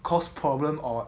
cause problem or